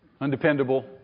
Undependable